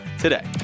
today